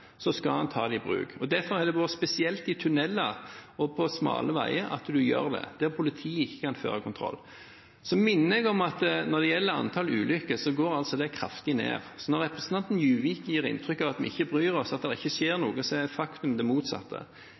Så minner jeg om at når det gjelder antallet ulykker, går det kraftig ned. Når representanten Juvik gir inntrykk av at vi ikke bryr oss, at det ikke skjer noe, så er faktum det motsatte.